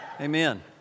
Amen